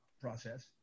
process